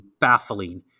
baffling